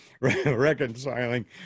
reconciling